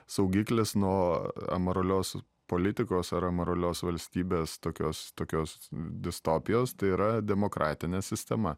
saugiklis nuo amoralios politikos ar amoralios valstybės tokios tokios distopijos tai yra demokratinė sistema